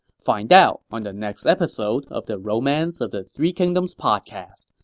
find out on the next episode of the romance of the three kingdoms podcast.